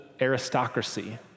aristocracy